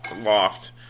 loft